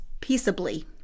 peaceably